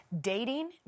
dating